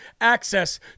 access